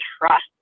trust